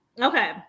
okay